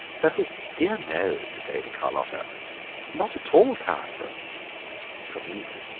oh dear, no, said lady carlotta not at all tiresome for me.